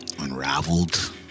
unraveled